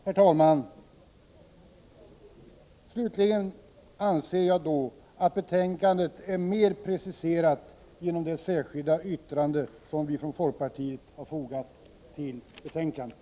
Herr talman! Slutligen anser jag att betänkandet är mer preciserat genom det särskilda yttrande vi ifrån folkpartiet har fogat till betänkandet.